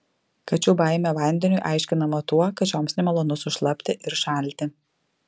kačių baimė vandeniui aiškinama tuo kad šioms nemalonu sušlapti ir šalti